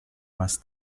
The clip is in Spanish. más